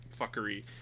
fuckery